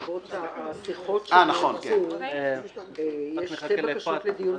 בעקבות השיחות שנערכו, יש שתי בקשות לדיון.